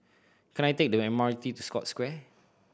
can I take the M R T to Scotts Square